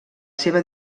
seva